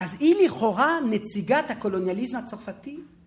אז היא לכאורה נציגת הקולוניאליזם הצרפתי?